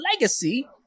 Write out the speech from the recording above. legacy